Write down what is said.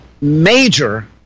major